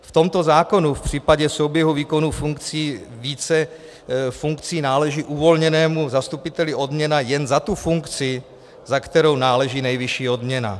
V tomto zákonu v případě souběhu výkonu více funkcí náleží uvolněnému zastupiteli odměna jen na tu funkci, za kterou náleží nejvyšší odměna.